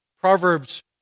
Proverbs